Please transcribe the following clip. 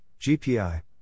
GPI